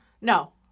No